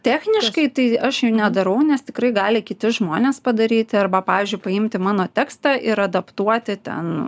techniškai tai aš jų nedarau nes tikrai gali kiti žmonės padaryti arba pavyzdžiui paimti mano tekstą ir adaptuoti ten